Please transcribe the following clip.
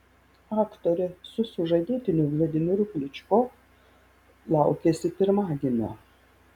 aktorė su sužadėtiniu vladimiru kličko laukiasi pirmagimio